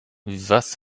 was